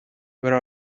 where